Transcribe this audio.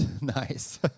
nice